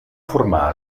formar